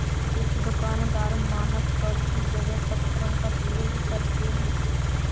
कुछ दुकानदार मानक तौल की जगह पत्थरों का प्रयोग करते हैं